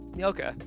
Okay